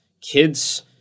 Kids